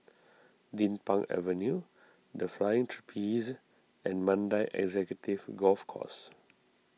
Din Pang Avenue the Flying Trapeze and Mandai Executive Golf Course